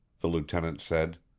the lieutenant said.